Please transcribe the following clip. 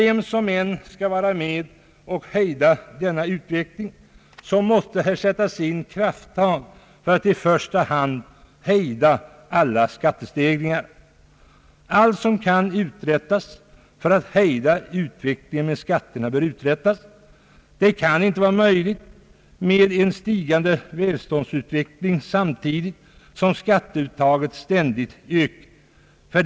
Vem som än skall hejda denna utveckling måste här sättas in krafttag för att i första hand hejda alla skattestegringar. Allt som kan uträttas för att hejda utvecklingen i fråga om skatterna bör uträttas. Det kan inte vara möjligt med en stigande välståndsutveckling samtidigt som skatteuttaget ständigt ökar.